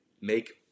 make